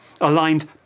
aligned